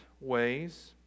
ways